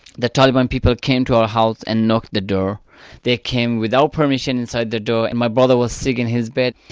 the taliban people came to our house and knocked the door they came without permission inside the door and my brother was sick in his bed.